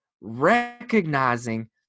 recognizing